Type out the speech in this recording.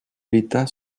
l’état